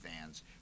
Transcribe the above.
fans